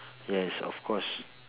yes of course